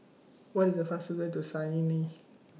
What IS The fastest Way to Cayenne